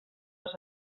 les